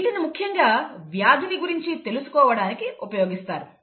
వీటిని ముఖ్యంగా వ్యాధిని గురించి తెలుసుకోవడానికి ఉపయోగిస్తారు